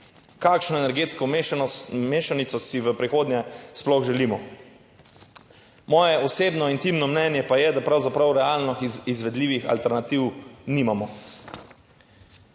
kakšno energetsko mešanico si v prihodnje sploh želimo. Moje osebno intimno mnenje pa je, da pravzaprav realno izvedljivih alternativ nimamo.